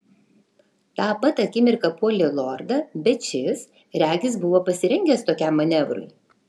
tą pat akimirką puolė lordą bet šis regis buvo pasirengęs tokiam manevrui